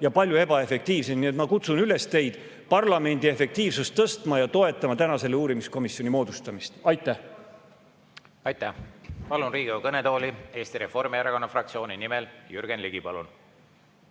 ja ebaefektiivsem tee. Nii et ma kutsun üles teid parlamendi efektiivsust tõstma ja toetama täna selle uurimiskomisjoni moodustamist. Aitäh! Aitäh! Palun Riigikogu kõnetooli, Eesti Reformierakonna fraktsiooni nimel Jürgen Ligi!